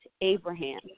Abraham